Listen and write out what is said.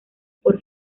por